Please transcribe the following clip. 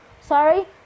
sorry